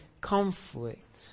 conflict